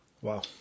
Wow